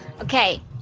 Okay